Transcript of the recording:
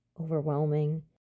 overwhelming